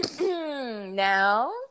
now